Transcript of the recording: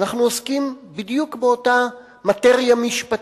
אנחנו עוסקים בדיוק באותה מאטריה משפטית,